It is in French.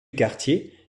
quartier